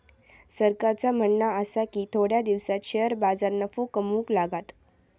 सरकारचा म्हणणा आसा की थोड्या दिसांत शेअर बाजार नफो कमवूक लागात